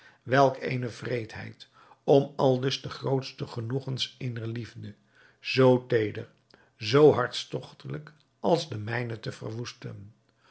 welk eene wreedheid om aldus de grootste genoegens eener liefde zoo teeder zoo hartstogtelijk als de mijne te verwoesten